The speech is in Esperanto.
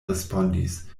respondis